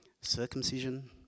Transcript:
circumcision